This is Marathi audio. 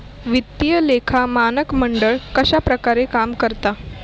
वित्तीय लेखा मानक मंडळ कश्या प्रकारे काम करता?